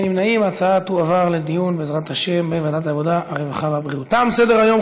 ההצעה להעביר את הנושא לוועדת העבודה הרווחה והבריאות נתקבלה.